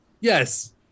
yes